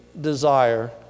desire